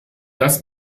dass